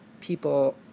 people